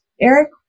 Eric